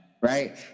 right